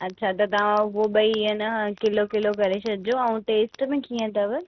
अछा त तव्हां उहो ॿई आहे न किलो किलो करे छॾिजो ऐं टेस्ट में कीअं अथव